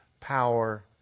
power